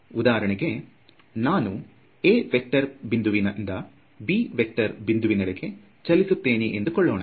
ಉದಾಹರಣೆಗೆ ನಾನು a vector ಬಿಂದುವಿನಿಂದ b ವೇಕ್ಟರ್ ಬಿಂದುವಿನೆಡೆಗೆ ಚಲಿಸುತ್ತೇನೆ ಎಂದು ಕೊಳ್ಳೋಣ